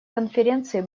конференции